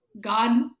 God